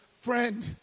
friend